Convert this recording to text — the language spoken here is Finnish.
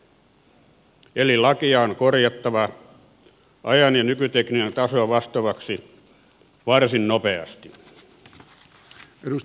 lakia on korjattava ajan ja nykytekniikan tasoa vastaavaksi varsin nopeasti